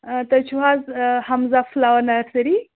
تُہۍ چھِوٕ حظ حمزہ فُلووَر نٔرسٔری